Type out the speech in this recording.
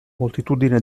moltitudine